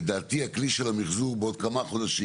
לדעתי הכלי של המיחזור בעוד כמה חודשים,